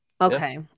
Okay